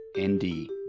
ND